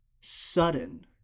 sudden